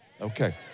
Okay